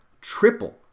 triple